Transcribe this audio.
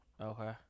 Okay